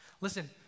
Listen